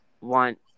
want